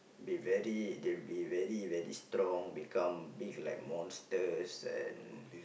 they very they be very very strong become big like monsters and